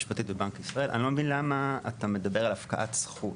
אני לא מבין למה אתה מדבר על הפקעת זכות.